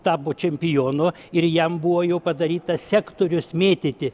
tapo čempionu ir jam buvo jau padarytas sektorius mėtyti